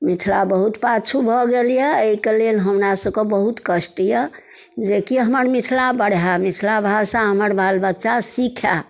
मिथिला बहुत पाछू भऽ गेल अइ एहिके लेल हमरा सबके बहुत कष्ट अइ जेकि हमर मिथिला बढ़ै मिथिला भाषा हमर बाल बच्चा सिखै